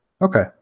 Okay